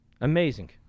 Amazing